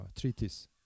treaties